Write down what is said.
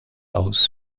aus